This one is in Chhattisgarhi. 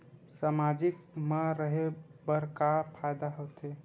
सामाजिक मा रहे बार का फ़ायदा होथे?